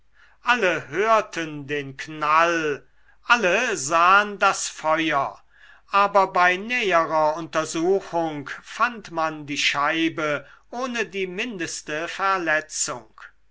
alle hörten den knall alle sahen das feuer aber bei näherer untersuchung fand man die scheibe ohne die mindeste verletzung